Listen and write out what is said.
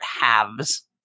halves